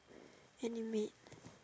animate